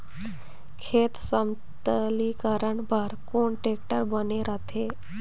खेत समतलीकरण बर कौन टेक्टर बने रथे?